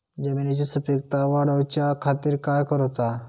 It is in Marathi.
जमिनीची सुपीकता वाढवच्या खातीर काय करूचा?